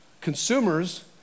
consumers